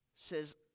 says